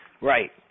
right